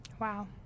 Wow